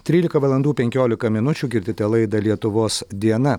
trylika valandų penkiolika minučių girdite laidą lietuvos diena